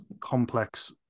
complex